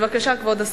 בבקשה, כבוד השר.